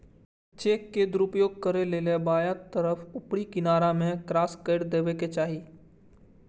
cheque के दुरुपयोग रोकै लेल बायां तरफ ऊपरी किनारा मे क्रास कैर देबाक चाही